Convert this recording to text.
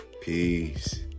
Peace